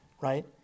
Right